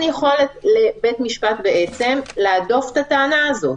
יכולת לבית משפט בעצם להדוף את הטענה הזאת.